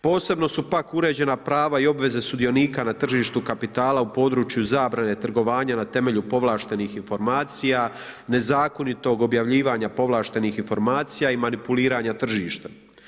Posebno su pak uređena prava i obveze sudionika na tržištu kapitala u području zabrane trgovanja na temelju povlaštenih informacija, nezakonitog objavljivanja povlaštenih informacija i manipuliranja tržištem.